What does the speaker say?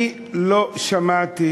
אני לא שמעתי